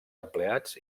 empleats